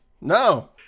no